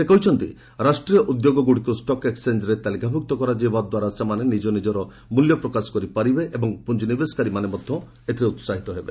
ସେ କହିଛନ୍ତି ରାଷ୍ଟ୍ରୀୟ ଉଦ୍ୟୋଗଗୁଡ଼ିକୁ ଷ୍ଟକ୍ ଏକ୍ସଚେଞ୍ଜରେ ତାଲିକାଭୁକ୍ତ କରାଯିବା ଦ୍ୱାରା ସେମାନେ ନିଙ୍କର ମୂଲ୍ୟ ପ୍ରକାଶ କରିପାରିବେ ଏବଂ ପୁଞ୍ଜି ନିବେଶକାରୀମାନେ ମଧ୍ୟ ଉତ୍ସାହିତ ହେବେ